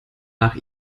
nach